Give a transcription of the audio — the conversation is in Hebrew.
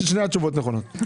שתי התשובות נכונות.